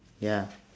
ya